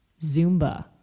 Zumba